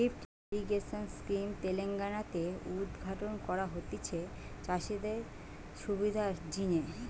lift irrigation scheme Telangana তে উদ্ঘাটন করা হতিছে চাষিদের সুবিধার জিনে